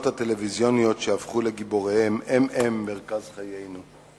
הטלוויזיוניות שהפכו לגיבוריהם הן-הן מרכז חיינו.